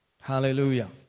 Hallelujah